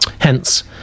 Hence